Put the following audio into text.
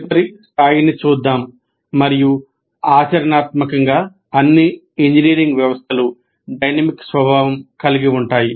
తదుపరి స్థాయిని చూద్దాం మరియు ఆచరణాత్మకంగా అన్ని ఇంజనీరింగ్ వ్యవస్థలు డైనమిక్ స్వభావం కలిగి ఉంటాయి